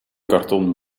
karton